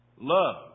Love